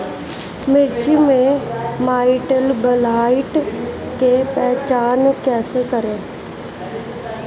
मिर्च मे माईटब्लाइट के पहचान कैसे करे?